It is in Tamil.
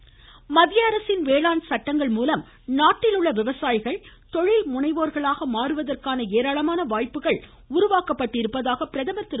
பிரதமர் மத்திய அரசின் வேளாண் சட்டங்கள் மூலம் நாட்டில் உள்ள விவசாயிகள் தொழில்முனைவோர்களாக மாறுவதற்கான ஏராளமான வாய்ப்புகள் உருவாக்கப்பட்டிருப்பதாக பிரதமர் திரு